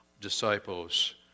disciples